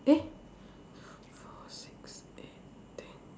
eh two four six eight ten